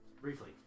Briefly